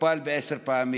הוכפל פי עשרה,